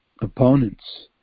opponents